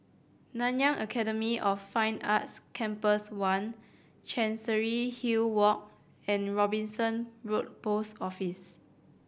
Nanyang Academy of Fine Arts Campus One Chancery Hill Walk and Robinson Road Post Office